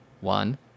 one